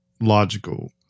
logical